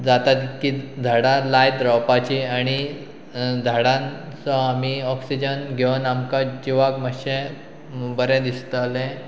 जातात की झाडां लायत रावपाची आनी झाडांचो आमी ऑक्सिजन घेवन आमकां जिवाक मातशें बरें दिसतलें